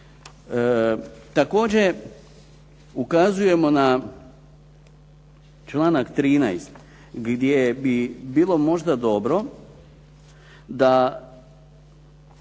Također, ukazujemo na članak 13. gdje bi bilo možda dobro da